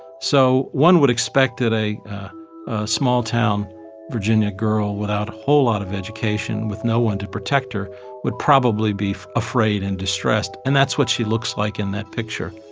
so one would expect that a small-town virginia girl without a whole lot of education, with no one to protect, her would probably be afraid and distressed. and that's what she looks like in that picture